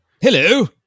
Hello